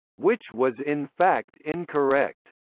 which was in fact incorrect.